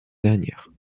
dernière